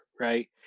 right